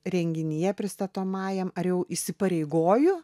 renginyje pristatomajam ar jau įsipareigoju